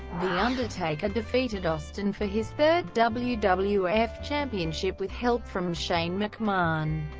the undertaker defeated austin for his third wwf wwf championship with help from shane mcmahon,